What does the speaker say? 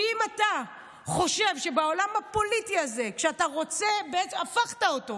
ואם אתה חושב שבעולם הפוליטי הזה הפכת אותו